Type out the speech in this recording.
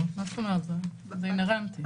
תודה לכל מי שהגיע.